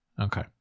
Okay